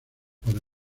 para